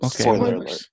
Okay